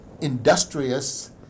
industrious